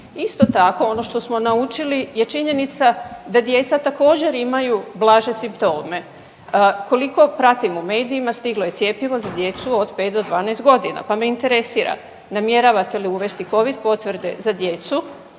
Isto tako ono što smo naučili je činjenica da djeca također imaju blaže simptome. Koliko pratim u medijima stiglo je cjepivo za djecu od 5 do 12 godina pa me interesira namjeravate li uvesti Covid potvrde za djecu